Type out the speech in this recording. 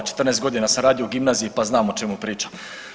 14 godina sam radio u gimnaziji pa znam o čemu pričam.